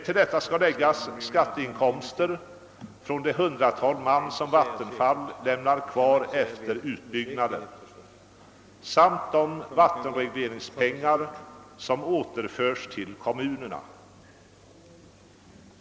Till detta skall läggas skatteinkomster från det hundratal man, som Vattenfall lämnar kvar efter utbyggnaden, samt de vattenregleringsmedel som återförs till kommunerna.